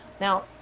Now